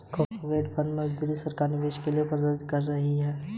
sovereign wealth funds को मौजूदा सरकार निवेश के लिए प्रोत्साहित कर रही है